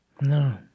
No